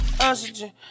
oxygen